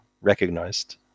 recognized